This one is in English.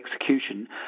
execution